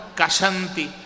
Kashanti